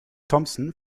thomson